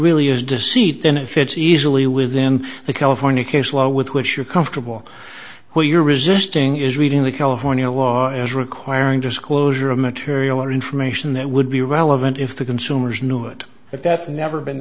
really is deceit and if it's easily within the california case law with which you're comfortable where you're resisting is reading the california law is requiring disclosure of material or information that would be relevant if the consumers knew it but that's never been